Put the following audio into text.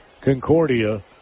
Concordia